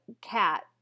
cat